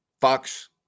Fox